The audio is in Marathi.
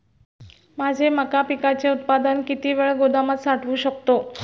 माझे मका पिकाचे उत्पादन किती वेळ गोदामात साठवू शकतो?